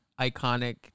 iconic